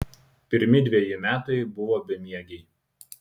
pirmi dveji metai buvo bemiegiai